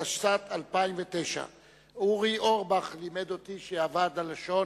התשס"ט 2009. אורי אורבך לימד אותי שוועד הלשון